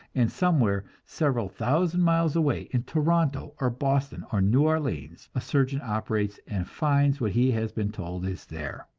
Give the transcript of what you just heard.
and somewhere several thousand miles away in toronto or boston or new orleans a surgeon operates and finds what he has been told is there!